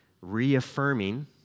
reaffirming